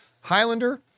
Highlander